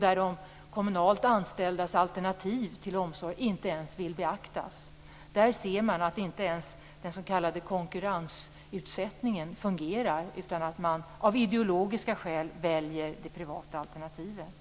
De kommunalt anställdas alternativ till omsorg beaktas inte ens. Där kan vi se att konkurrensutsättningen inte fungerar. Av ideologiska skäl väljer man det privata alternativet.